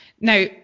Now